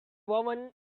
woman